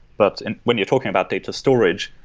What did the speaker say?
but when you're talking about data storage,